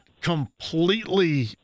completely